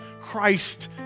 Christ